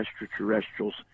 extraterrestrials